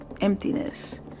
Emptiness